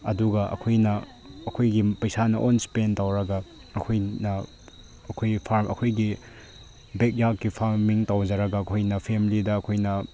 ꯑꯗꯨꯒ ꯑꯩꯈꯣꯏꯅ ꯑꯩꯈꯣꯏꯒꯤ ꯄꯩꯁꯥꯅ ꯑꯣꯟ ꯏꯁꯄꯦꯟ ꯇꯧꯔꯒ ꯑꯩꯈꯣꯏꯅ ꯑꯩꯈꯣꯏꯒꯤ ꯐꯥꯔꯝ ꯑꯩꯈꯣꯏꯒꯤ ꯕꯦꯛꯌꯥꯔꯠꯀꯤ ꯐꯥꯔꯃꯤꯡ ꯇꯧꯖꯔꯒ ꯑꯩꯈꯣꯏꯅ ꯐꯦꯃꯤꯂꯤꯗ ꯑꯩꯈꯣꯏꯅ